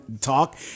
talk